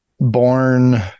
born